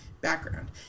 background